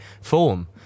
form